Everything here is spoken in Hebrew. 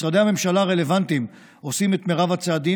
משרדי הממשלה הרלוונטיים עושים את מרב הצעדים